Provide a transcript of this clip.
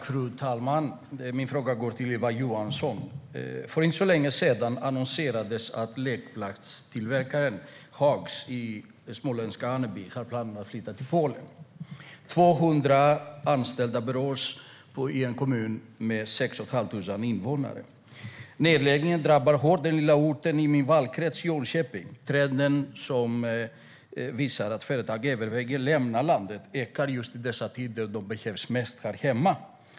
Fru talman! Min fråga går till Ylva Johansson. För inte så länge sedan annonserades att lekplatstillverkaren Hags i småländska Aneby har planer på att flytta till Polen. 200 anställda berörs i en kommun med ca 6 500 invånare. Nedläggningen drabbar den lilla orten i min valkrets Jönköping hårt. Trenden att företag överväger att lämna landet ökar i dessa tider då de behövs mest här hemma.